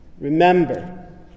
Remember